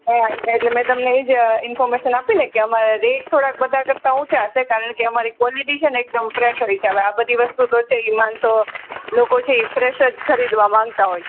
હા એટલે મેં તમને એ જ ઇન્ફોમેશન આપી ને કે અમારા રેટ થોડાક બધા કરતાં ઊંચા હશે કારણકે અમારી ક્વોલિટી છે ને એકદમ ફ્રેશ હોય છે હવે આ બધી વસ્તુઓ છે એમાં તો લોકો છે એ ફ્રેશ જ ખરીદવા માગતા હોય છે